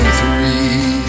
three